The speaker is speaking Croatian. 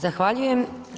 Zahvaljujem.